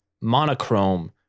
monochrome